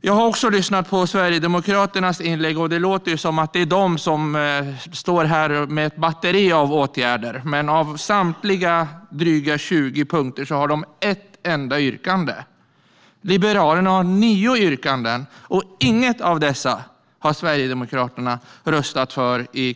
Jag har lyssnat på Sverigedemokraternas inlägg. Det låter som att det är de som står här med ett batteri av åtgärder. Men när det gäller samtliga dryga 20 punkter har de ett enda yrkande. Liberalerna har nio yrkanden, och inget av dessa har Sverigedemokraterna röstat för i